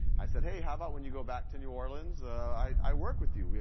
i said hey, how about when you go back to new orleans i work with you,